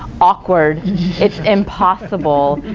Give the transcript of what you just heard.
awkward it's impossible.